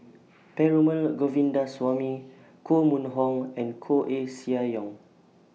Perumal Govindaswamy Koh Mun Hong and Koeh Sia Yong